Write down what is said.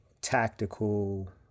tactical